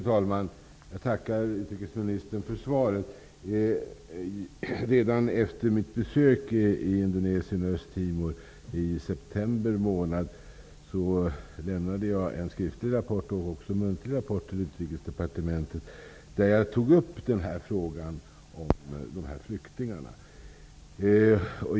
Fru talman! Jag tackar utrikesministern för svaret. Redan efter mitt besök i Indonesien och Östtimor i september månad lämnade jag en skriftlig men också muntlig rapport till Utrikesdepartementet, där jag tog upp frågan om dessa flyktingar.